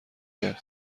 کرد